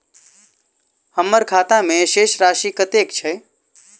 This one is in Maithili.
हम्मर खाता मे शेष राशि कतेक छैय?